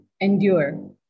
endure